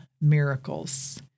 miracles